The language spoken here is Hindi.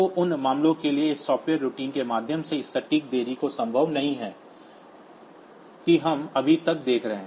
तो उन मामलों के लिए इस सॉफ्टवेयर रूटीन के माध्यम से इस सटीक देरी को संभव नहीं है कि हम अभी तक देख रहे हैं